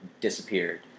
disappeared